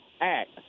act